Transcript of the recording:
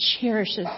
cherishes